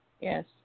Yes